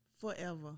forever